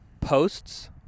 posts